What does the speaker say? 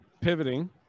pivoting